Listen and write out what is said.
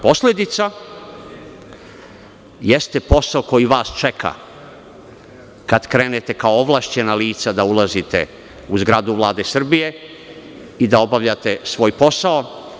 Posledica jeste posao koji vas čeka kada krenete kao ovlašćena lica da ulazite u zgradu Vlade Srbije i da obavljate svoj posao.